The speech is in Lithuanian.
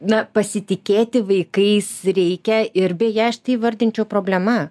na pasitikėti vaikais reikia ir beje aš tai įvardinčiau problema